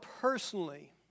personally